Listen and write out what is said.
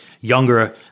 younger